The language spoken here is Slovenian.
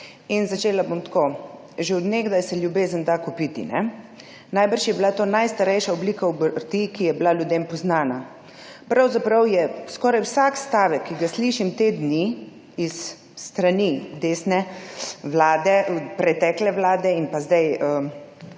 Začela bom tako. Že od nekdaj se ljubezen da kupiti. Najbrž je bila to najstarejša oblika obrti, ki je bila ljudem poznana. Pravzaprav je skoraj vsak stavek, ki ga slišim te dni s strani desne pretekle vlade in pa zdaj